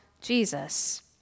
Jesus